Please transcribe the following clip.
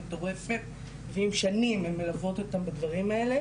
מטורפת ועם שנים הן מלוות אותן בדברים האלה